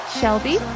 Shelby